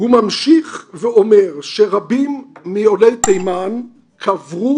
הוא ממשיך ואומר שרבים מעולי תימן קברו